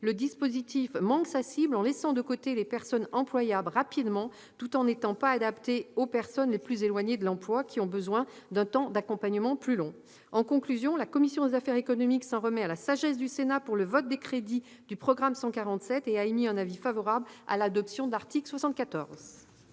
le dispositif manque sa cible en laissant de côté les personnes « employables rapidement » tout en n'étant pas adapté aux personnes les plus éloignées de l'emploi, qui ont besoin d'un temps d'accompagnement plus long. La commission des affaires économiques s'en remet donc à la sagesse du Sénat pour le vote des crédits du programme 147 et a émis un avis favorable sur l'adoption de l'article 74.